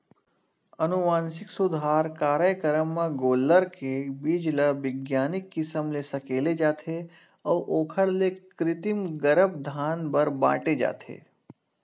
अनुवांसिक सुधार कारयकरम म गोल्लर के बीज ल बिग्यानिक किसम ले सकेले जाथे अउ ओखर ले कृतिम गरभधान बर बांटे जाथे